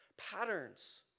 patterns